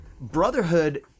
Brotherhood